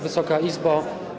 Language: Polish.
Wysoka Izbo!